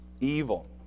evil